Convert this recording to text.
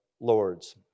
lords